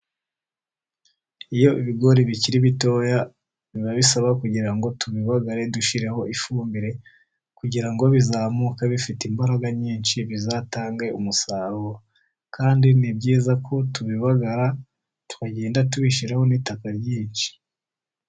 Iyo ibigori bikiri bitoya, biba bisaba kugira ngo tubibagare dushyireho ifumbire, kugira ngo bizamuke bifite imbaraga nyinshi bizatange umusaruro, kandi ni byiza ko tubibagara tukagenda tubishyiraho n'itaka ryinshi.